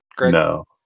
No